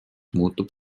muutub